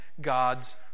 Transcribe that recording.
God's